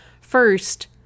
first